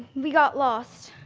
we got lost.